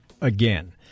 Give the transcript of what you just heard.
again